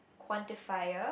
quantifier